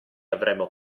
avremmo